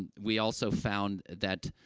and we also found that,